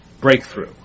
breakthrough